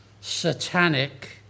satanic